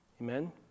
Amen